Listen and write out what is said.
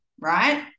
right